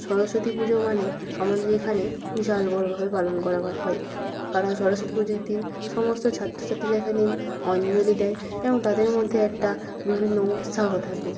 সরস্বতী পুজো মানে আমাদের এখানে বিশাল বড়ভাবে পালন করা হয় কারণ সরস্বতী পুজোর দিন সমস্ত ছাত্রছাত্রীরা এখানে অঞ্জলি দেয় এবং তাদের মধ্যে একটা বিভিন্ন উৎসাহ থাকে